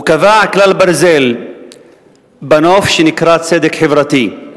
הוא קבע כלל ברזל בנוף שנקרא "צדק חברתי".